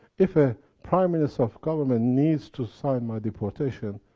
if a prime minister of government needs to sign my deportation,